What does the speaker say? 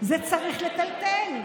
זה צריך לצלצל,